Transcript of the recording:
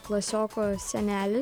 klasioko senelis